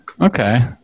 Okay